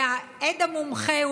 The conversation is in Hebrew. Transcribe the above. העד המומחה,